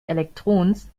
elektrons